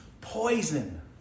poison